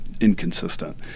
inconsistent